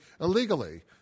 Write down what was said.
illegally